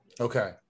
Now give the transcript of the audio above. Okay